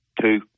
Two